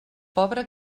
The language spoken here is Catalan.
pobre